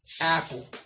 Apple